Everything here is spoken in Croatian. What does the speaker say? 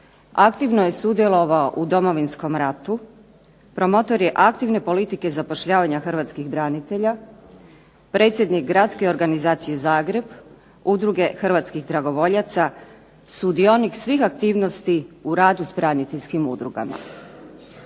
aktivno je sudjelovao u Domovinskom ratu, promotor je aktivne politike zapošljavanja hrvatskih branitelja, predsjednik gradske organizacije Zagreb, Udruge hrvatskih dragovoljaca, sudionik svih aktivnosti u radu s braniteljskim udrugama.